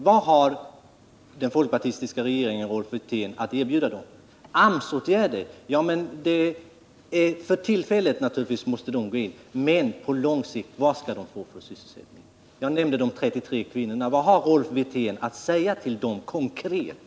Vad har den folkpartistiska regeringen att erbjuda dem, Rolf Wirtén? AMS-åtgärder — ja, de är naturligtvis nödvändiga för tillfället. Men vad skall de få för sysselsättning på lång sikt? Jag nämnde de 33 kvinnorna. Vad har Rolf Wirtén att säga till dem konkret?